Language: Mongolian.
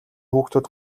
хүүхдүүд